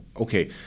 okay